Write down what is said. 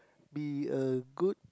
be a good